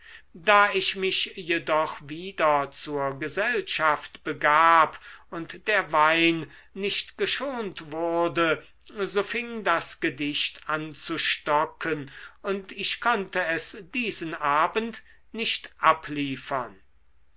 da ich mich jedoch wieder zur gesellschaft begab und der wein nicht geschont wurde so fing das gedicht an zu stocken und ich konnte es diesen abend nicht abliefern